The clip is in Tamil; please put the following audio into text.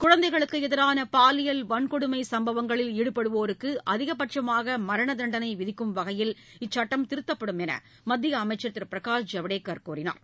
குழந்தைகளுக்குஎதிரானபாலியல் வன்கொடுமைசம்பவங்களில் ஈடுபடுவோருக்குஅதிகபட்சமாகமரணதண்டனைவிதிக்கும் வகையில் இச்சட்டம் திருத்தப்படும் என்றுமத்தியஅமைச்சர் திருபிரகாஷ் ஜவ்டேகர் கூறினார்